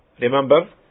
remember